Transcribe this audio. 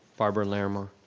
barbara lairmont.